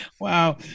Wow